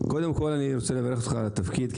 קודם כל אני רוצה לברך אותך על התפקיד,